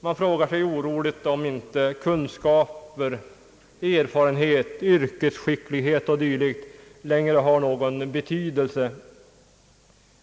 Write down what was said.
Man frågar sig oroligt om inte kunskaper, erfarenhet, yrkesskicklighet och dylikt längre har någon betydelse.